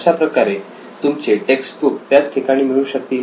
अशाप्रकारे तुमचे text book त्याच ठिकाणी मिळू शकतील